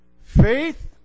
faith